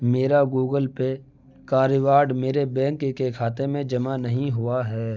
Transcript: میرا Google Pay کا reward میرے بینک کے کھاتے میں جمع نہیں ہوا ہے